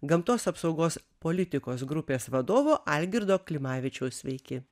gamtos apsaugos politikos grupės vadovo algirdo klimavičiaus sveiki